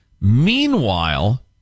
meanwhile